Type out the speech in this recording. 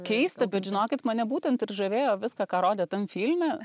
keista bet žinokit mane būtent ir žavėjo viską ką rodė tam filme